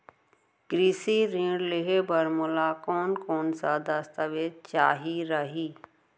कृषि ऋण लेहे बर मोला कोन कोन स दस्तावेज चाही रही?